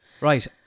Right